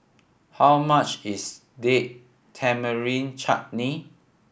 how much is Date Tamarind Chutney